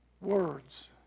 words